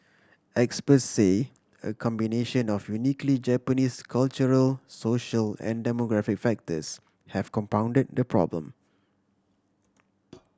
expert say a combination of uniquely Japanese cultural social and demographic factors have compounded the problem